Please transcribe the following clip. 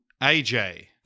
AJ